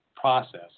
process